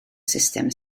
sustem